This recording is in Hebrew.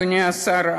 אדוני השר,